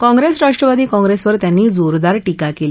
काँग्रस्ट राष्ट्रवादी काँग्रस्तिर त्यांनी जोरदार टीका कली